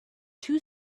two